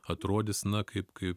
atrodys na kaip kaip